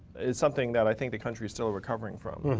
it's something that i think the country is still recovering from.